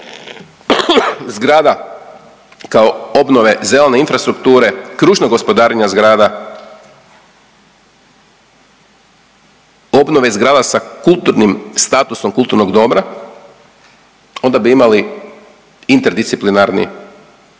zgrada kao obnove zelene infrastrukture, kružnog gospodarenja zgrada, obnove zgrada sa kulturnim, statusom kulturnog dobra onda bi imali interdisciplinarni